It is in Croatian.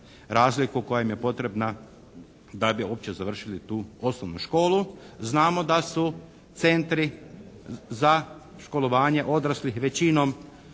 razliku koja im je potrebna da bi uopće završili tu osnovnu školu. Znamo da su centri za školovanje odraslih većinom